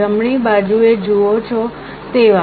જમણી બાજુએ જુઓ છો તેવા